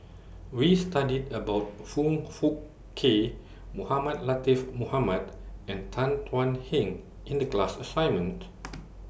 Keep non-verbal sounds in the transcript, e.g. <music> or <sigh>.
We studied about Foong Fook Kay Mohamed Latiff Mohamed and Tan Thuan Heng in The class assignment <noise>